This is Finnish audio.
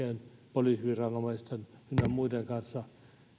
poliisiviranomaisten ynnä muiden kanssa